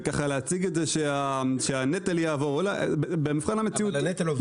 ולהציג את זה שהנטל עובר --- אבל הנטל עובר.